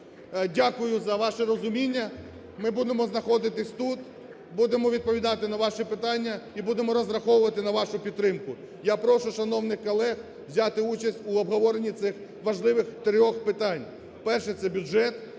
Дякую за ваше розуміння. Ми будемо знаходитись тут, будемо відповідати на ваші питання і будемо розраховувати на вашу підтримку. Я прошу шановних колег взяти участь в обговоренні цих важливих трьох питань. Перше – це бюджет.